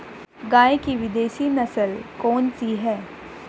गाय की विदेशी नस्ल कौन सी है?